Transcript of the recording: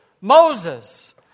Moses